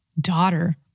daughter